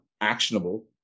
actionable